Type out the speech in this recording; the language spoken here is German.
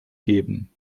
geben